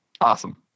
Awesome